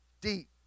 Deep